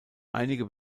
einige